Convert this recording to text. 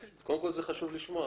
זה חשוב לשמוע.